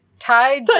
tied